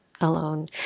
alone